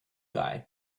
guy